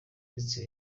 ndetse